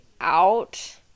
out